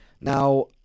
Now